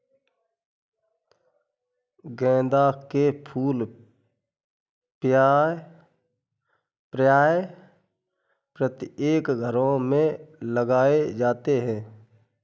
गेंदा के फूल प्रायः प्रत्येक घरों में लगाए जाते हैं